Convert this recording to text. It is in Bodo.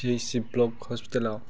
पि ऐस सि ब्लक हस्पिटालाव